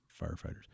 firefighters